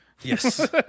Yes